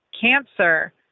cancer